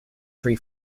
tree